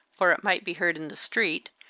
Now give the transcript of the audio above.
for it might be heard in the street,